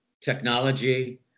technology